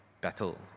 battle